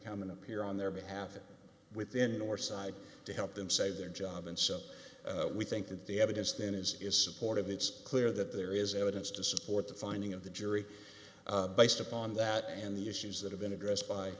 coming appear on their behalf within your side to help them save their job and so we think that the evidence then is is supportive it's clear that there is evidence to support the finding of the jury based upon that and the issues that have been addressed by